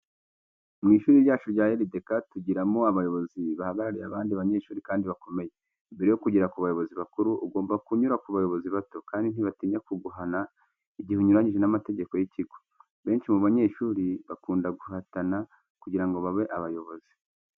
Mu ishuri ryacu rya LDK, tugiramo abayobozi bahagariye abandi banyeshuri kandi bakomeye. Mbere yo kugera ku buyobozi bukuru, ugomba kunyura ku bayobozi bato, kandi ntibatinya kuguhana igihe unyuranyije n’amategeko y’ikigo. Benshi mu banyeshuri bakunda guhatana, kugira ngo babe abayobozi.